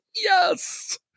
Yes